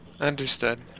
Understood